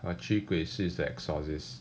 驱鬼师 is the exorcist